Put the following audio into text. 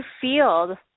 feel